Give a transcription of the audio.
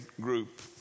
group